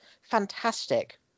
Fantastic